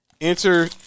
Enter